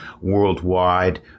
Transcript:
worldwide